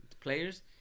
players